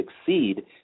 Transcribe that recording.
succeed